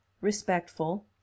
respectful